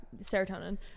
Serotonin